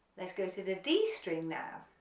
let's go to the d string now,